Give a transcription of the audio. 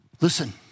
Listen